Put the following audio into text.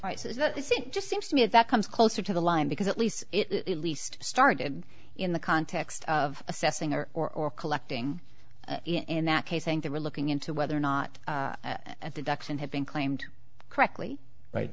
that is it just seems to me that comes closer to the line because at least it least started in the context of assessing or or or collecting in that case saying they were looking into whether or not at the docks and had been claimed correctly